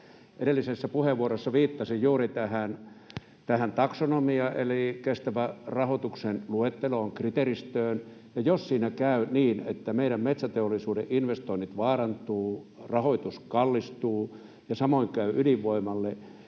Edellisessä puheenvuorossa viittasin juuri tähän taksonomiaan eli kestävän rahoituksen luetteloon, kriteeristöön. Ja jos siinä käy niin, että meidän metsäteollisuuden investoinnit vaarantuvat, niin rahoitus kallistuu ja samoin käy ydinvoimalle.